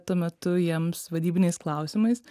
tuo metu jiems vadybiniais klausimais